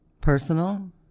Personal